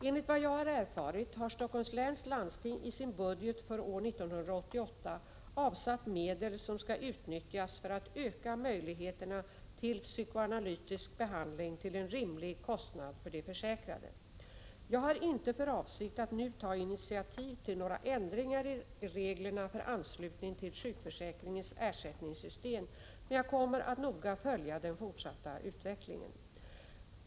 Enligt vad jag har erfarit har Stockholms läns landsting i sin budget för år 1988 anvisat medel som skall utnyttjas för att öka möjligheterna till psykoanalytisk behandling till en rimlig kostnad för de försäkrade. Jag har inte för avsikt att nu ta initiativ till några ändringar i reglerna för anslutning till sjukförsäkringens ersättningssystem, men jag kommer att noga följa den fortsatta utvecklingen.